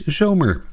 zomer